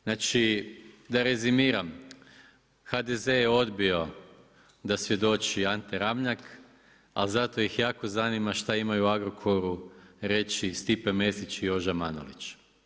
Znači da rezimiram, HDZ je odbio da svjedoči Ante Ramljak ali zato ih jako zanima šta imaju o Agrokoru reći Stipe Mesić i Joža Manolić.